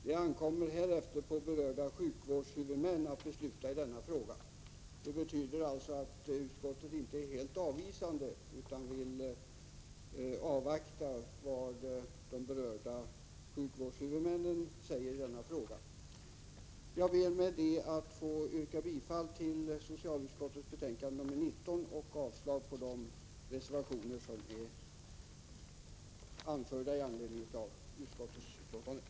Det ankommer härefter på berörda sjukvårdshuvudmän att besluta i denna fråga.” Det betyder alltså att utskottet inte är helt avvisande utan vill avvakta och se vad de berörda sjukvårdshuvudmännen säger om detta. Med det anförda yrkar jag bifall till socialutskottets hemställan i betänkande 19 och avslag på de reservationer som är fogade till utskottsbetänkandet.